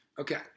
Okay